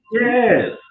Yes